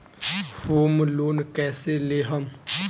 Home loan कैसे लेहम?